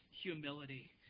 humility